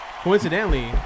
Coincidentally